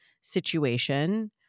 situation